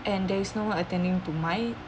and there is no one attending to my